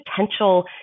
potential